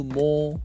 more